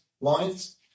lines